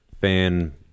fan